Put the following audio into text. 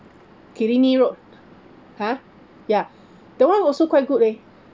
killiney road !huh! ya that one also quite good leh